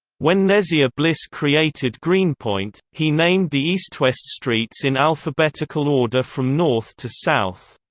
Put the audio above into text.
when neziah bliss created greenpoint, he named the east-west streets in alphabetical order from north to south.